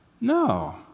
No